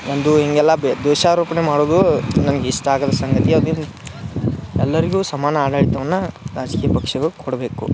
ಎಂದು ಹಿಂಗೆಲ್ಲ ಬೇ ದ್ವೇಷಾರೋಪಣೆ ಮಾಡುದೂ ನನ್ಗ ಇಷ್ಟ ಆಗದ ಸಂಗತಿ ಅದೇ ರೀತಿ ಎಲ್ಲರಿಗು ಸಮಾನ ಆಡಳಿತವನ್ನ ರಾಜಕೀಯ ಪಕ್ಷಗಳು ಕೊಡಬೇಕು